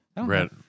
Red